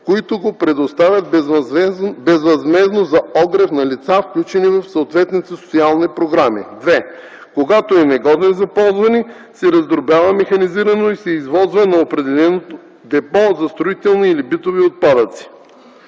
които го предоставят безвъзмездно за огрев на лица, включени в съответните социални програми; 2. когато е негоден за ползване, се раздробява механизирано и се извозва на определено депо за строителни или за битови отпадъци.”